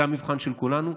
זה המבחן של כולנו.